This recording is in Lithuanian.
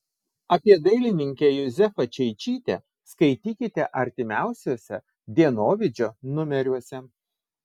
apie dailininkę juzefą čeičytę skaitykite artimiausiuose dienovidžio numeriuose